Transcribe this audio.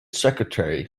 secretary